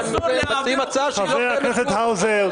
אתם מציעים הצעה --- חבר הכנסת האוזר,